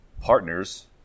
Partners